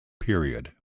period